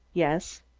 yes.